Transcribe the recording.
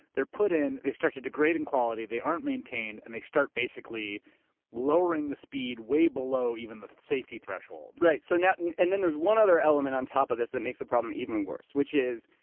they're put in, they start to degrade in quality, they aren't maintained and they start basically lowering the speed way below even the safety threshold. right so and and then there's one other element on top of this that makes the problem even worse, which is,